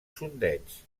sondeig